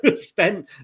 Spent